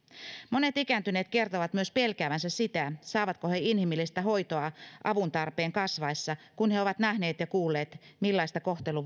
monet ikääntyneet kertovat myös pelkäävänsä sitä saavatko he inhimillistä hoitoa avuntarpeen kasvaessa kun he ovat nähneet ja kuulleet millaista kohtelu